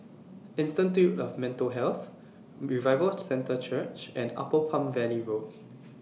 Institute of Mental Health Revival Centre Church and Upper Palm Valley Road